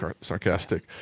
sarcastic